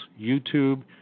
YouTube